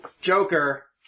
Joker